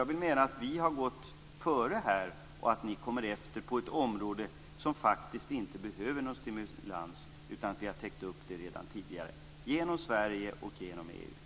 Jag vill mena att vi här har gått före och att ni kommer efter på ett område som faktiskt inte behöver någon stimulans. Vi har redan täckt upp det tidigare inom Sverige och inom EU.